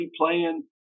playing